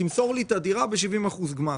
תמסור לי את הדירה ב-60%-70% גמר".